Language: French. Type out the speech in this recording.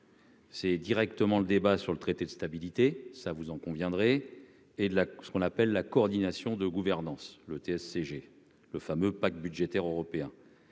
C'est directement le débat sur le traité de stabilité ça, vous en conviendrez, et là ce qu'on appelle la coordination de gouvernance, le TSCG, le fameux pacte budgétaire européen.